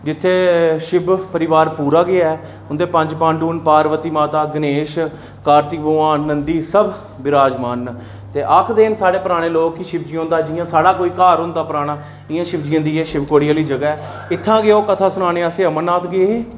जित्थै शिव परिवार पूरा गै ऐ उंदे पंज पांडु न पार्वती माता गणेश कार्तिक भगवान नंदी सब विराजमान न ते आखदे न साढ़े पराने लोक जि'यां साढ़ा कोई घर होंदा पराना इ'यां शिवजी दी शिवखोड़ी आह्ली जगह् ऐ इत्थै गै ह् कथा सनाने आस्तै अमरनाथ गे हे